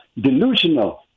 delusional